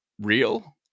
real